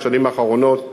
בשנים האחרונות,